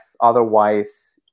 Otherwise